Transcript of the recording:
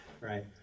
right